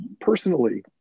personally